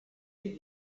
ses